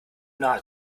nahe